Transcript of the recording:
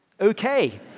okay